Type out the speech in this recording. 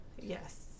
Yes